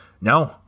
No